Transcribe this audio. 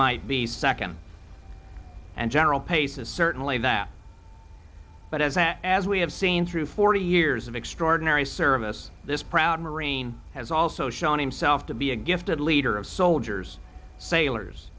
might be second and general pace's certainly that but as as we have seen through forty years of extraordinary service this proud marine has also shown himself to be a gifted leader of soldiers sailors